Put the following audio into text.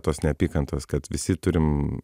tos neapykantos kad visi turim